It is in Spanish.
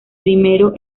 primero